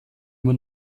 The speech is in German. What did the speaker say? nur